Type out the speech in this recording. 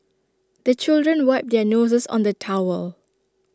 the children wipe their noses on the towel